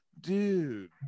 dude